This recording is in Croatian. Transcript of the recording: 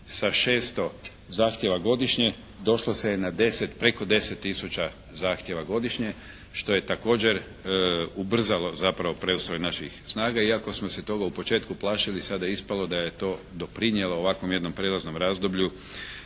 sa 600 zahtjeva godišnje, došlo se je na 10, preko 10 tisuća zahtjeva godišnje što je također ubrzalo zapravo preustroj naših snaga iako smo se toga u početku plašili, sada je ispalo da je to doprinijelo ovakvom jednom prijelaznom razdoblju,